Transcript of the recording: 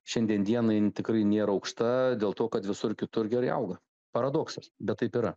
šiandien dienai tikrai nėra aukšta dėl to kad visur kitur gerai auga paradoksas bet taip yra